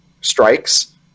Strikes